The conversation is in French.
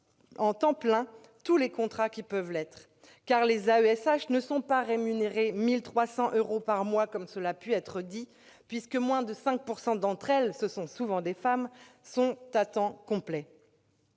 en temps pleins tous les contrats qui peuvent l'être. En effet, les AESH ne sont pas rémunérés 1 300 euros par mois, comme cela a pu être dit : moins de 5 % d'entre elles- ce sont souvent des femmes -sont à temps complet.